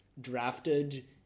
drafted